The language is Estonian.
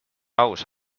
aus